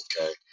Okay